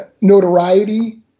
notoriety